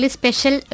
special